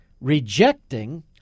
rejecting